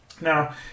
now